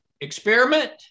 experiment